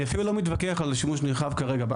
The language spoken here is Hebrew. אני אפילו לא מתווכח על שימוש נרחב כרגע.